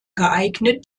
geeignet